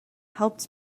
helped